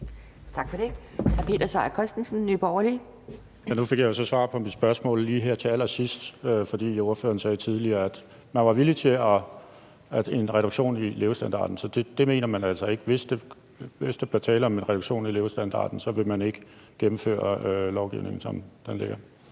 Kl. 12:49 Peter Seier Christensen (NB): Nu fik jeg jo så svar på mit spørgsmål lige her til allersidst. For ordføreren sagde tidligere, at man var villig til en reduktion i levestandarden, men det mener man altså ikke. Hvis der bliver tale om en reduktion i levestandarden, vil man ikke gennemføre lovgivningen, som den ligger.